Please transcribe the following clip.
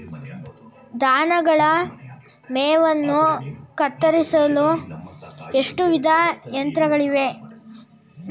ದನಗಳ ಮೇವನ್ನು ಕತ್ತರಿಸಲು ಎಷ್ಟು ವಿಧದ ಯಂತ್ರಗಳಿವೆ?